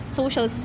social